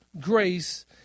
grace